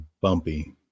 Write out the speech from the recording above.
bumpy